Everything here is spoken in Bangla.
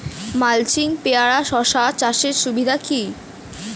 মালচিং পেপারে শসা চাষের সুবিধা কি?